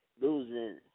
Losing